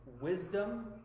wisdom